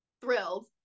thrilled